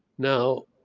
now